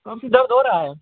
काफ़ी दर्द हो रहा है